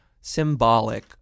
symbolic